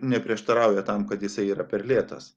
neprieštarauja tam kad jisai yra per lėtas